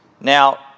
Now